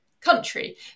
country